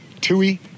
Tui